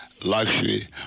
luxury